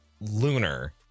Lunar